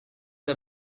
are